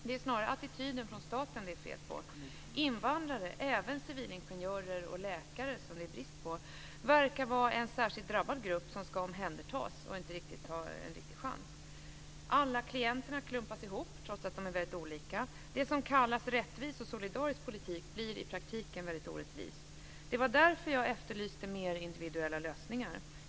Det är snarare attityden från staten det är fel på. Invandrare, även civilingenjörer och läkare som det är brist på, verkar vara en särskilt drabbad grupp som ska omhändertas och inte har en riktig chans. Alla klienter klumpas ihop, trots att de är väldigt olika. Det som kallas rättvis och solidarisk politik blir i praktiken väldigt orättvist. Det var därför jag efterlyste mer individuella lösningar.